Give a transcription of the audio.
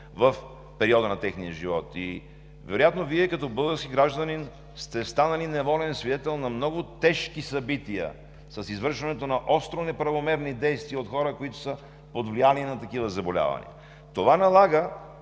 в периода на техния живот. Вероятно Вие като български гражданин сте станали неволен свидетел на много тежки събития с извършването на остро неправомерни действия от хора, които са под влияние на такива заболявания. Това налага,